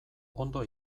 ondo